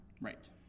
Right